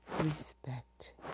Respect